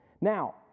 Now